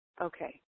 Okay